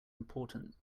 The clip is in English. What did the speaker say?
important